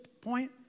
point